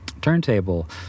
turntable